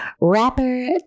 Rapper